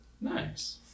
Nice